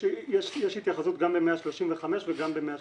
יש התייחסות גם ב-135 וגם ב-131.